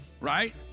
right